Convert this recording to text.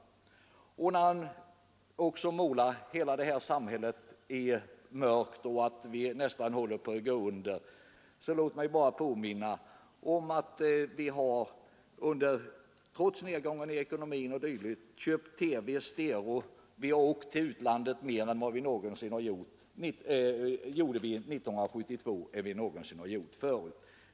Och när herr Lorentzon målar hela samhället i mörka färger och säger att vi nästan håller på att gå under, vill jag bara påminna om att folk — trots nedgången i ekonomin — köper färg-TV och stereoanläggningar och har under 1972 åkt till utlandet mer än någonsin tidigare.